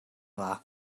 dda